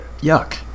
Yuck